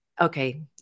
Okay